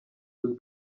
will